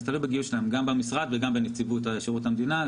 זה תלוי בגיוס שלהם גם במשרד וגם בנציבות שירות המדינה.